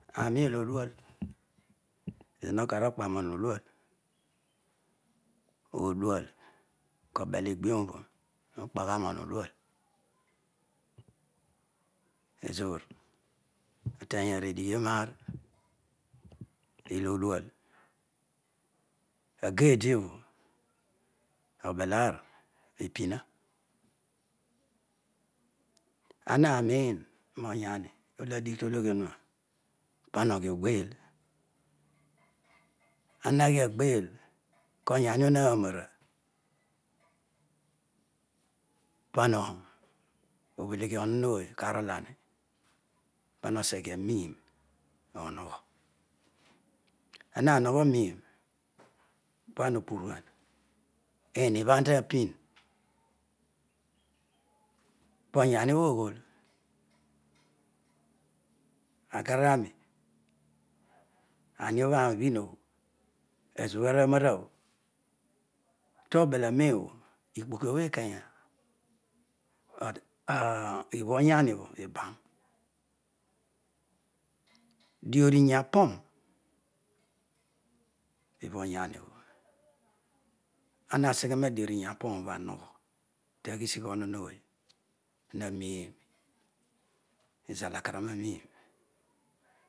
Aaru olodual ezoor hokar hokpa monu odual, odual kahal egbiomh bho hokpagha roonu odual ezoor epemy oridighioroaon ilo odual agedi obho obel aar ibina anaroin moogani olo adigh tologhohu eoa pama ogin ogheel anaghi agbeel koyamobho naroara paro obheleghi ohohooy karoolami pama oseghe omina ohogho ma hogho roiin oara obinari ihribhantabin poyani obho oyhool akaarami adiobho aaroi ubhin obho ezobho aru aroarabho tobel aroero obho nipokobho ikeya ibho oyerniobho iban diabhiya apound pibha oyamobho anaseghe roa dibhhiyapapa obho awogho taghisigh ohoony haraium izalakarama aroiin